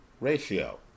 ratio